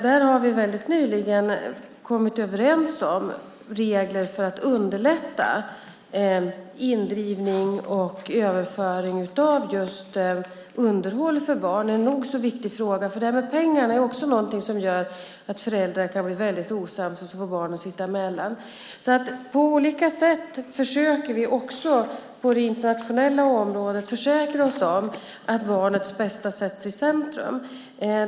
Där har vi väldigt nyligen kommit överens om regler för att underlätta indrivning och överföring av just underhåll för barn. Det är en nog så viktig fråga eftersom detta med pengar också är något som gör att föräldrar kan bli väldigt osams och att barnen får sitta emellan. På olika sätt försöker vi också på det internationella området försäkra oss om att barnets bästa sätts i centrum.